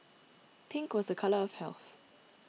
pink was a colour of health